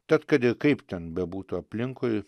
tad kad ir kaip ten bebūtų aplinkui